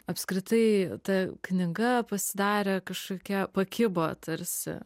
apskritai ta knyga pasidarė kažkokia pakibo tarsi